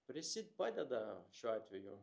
prisi padeda šiuo atveju